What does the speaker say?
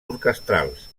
orquestrals